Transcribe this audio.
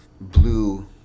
blue